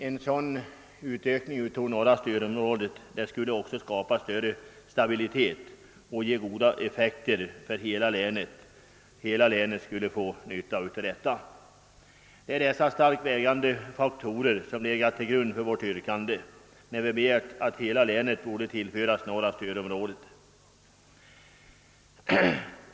En sådan utökning av norra stödområdet skulle emellertid också skapa större stabilitet och ge goda effekter för hela länet. Det är dessa tungt vägande faktorer som legat till grund för vårt yrkande att hela länet skulle tillföras norra stödområdet.